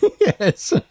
Yes